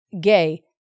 Gay